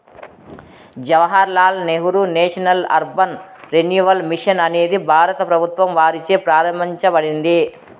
Jawahar Lal Nehru national urban renewal mission అనేది భారత ప్రభుత్వం వారిచే ప్రారంభించబడింది